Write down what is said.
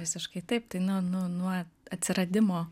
visiškai taip tai na nu nuo atsiradimo